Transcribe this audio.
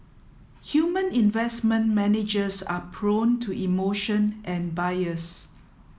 human investment managers are prone to emotion and bias